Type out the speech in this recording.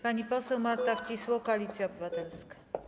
Pani poseł Marta Wcisło, Koalicja Obywatelska.